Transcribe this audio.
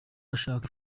ashaka